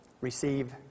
receive